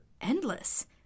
endless